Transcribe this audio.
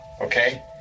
okay